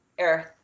earth